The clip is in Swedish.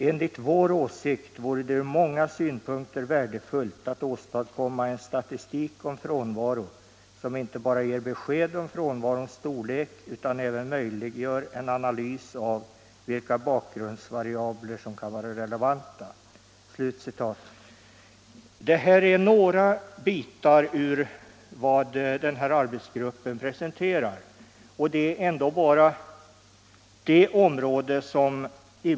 ——- Enligt vår åsikt vore det ur många synpunkter värdefullt att åstadkomma en statistik om frånvaro som inte bara ger besked om frånvarons storlek utan även möjliggör en analys av vilka bakgrundsvariabler, som kan vara relevanta.” Detta är några citat ur arbetsgruppens rapport, och den gäller ändå bara SAF-LO-området.